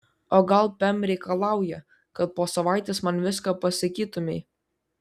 o gal pem reikalauja kad po savaitės man viską pasakytumei